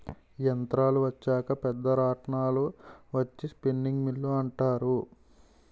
యంత్రాలు వచ్చాక పెద్ద రాట్నాలు వచ్చి స్పిన్నింగ్ మిల్లు అంటారు